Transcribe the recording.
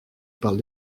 parle